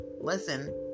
listen